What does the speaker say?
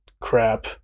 crap